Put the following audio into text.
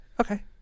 Okay